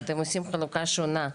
אתם עושים חלוקה שונה,